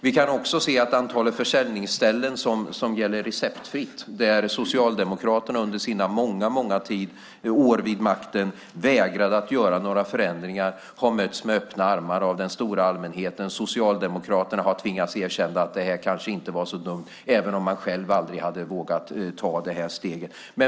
Vi kan också se att antalet försäljningsställen för receptfritt har mötts med öppna armar av den stora allmänheten. Där vägrade Socialdemokraterna vid sina många år vid makten att göra några förändringar. Socialdemokraterna har tvingats erkänna att det kanske inte var så dumt, även om man själv aldrig hade vågat ta det steget.